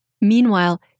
Meanwhile